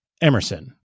Emerson